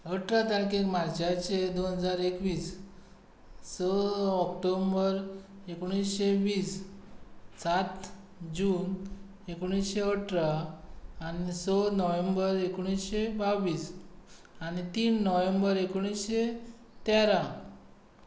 अठरा तारीख मार्चाची दोन हजार एकवीस स ऑक्टोबर एकुणशे वीस सात जून एकुणशे अठरा स नोव्हेंबर एकुणशे बावीस आनी तीन नोव्हेंबर एकुणशे तेरा